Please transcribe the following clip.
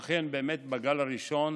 ואכן, בגל הראשון